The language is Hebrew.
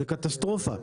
זה קטסטרופה.